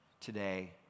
today